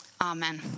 Amen